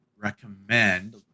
recommend